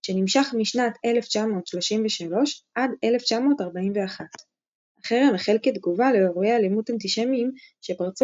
שנמשך משנת 1933 עד 1941. החרם החל כתגובה לאירועי אלימות אנטישמיים שפרצו